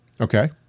Okay